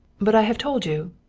but i have told you,